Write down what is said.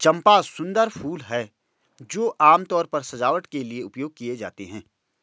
चंपा सुंदर फूल हैं जो आमतौर पर सजावट के लिए उपयोग किए जाते हैं